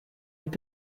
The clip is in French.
est